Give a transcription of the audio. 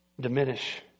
diminish